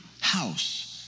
house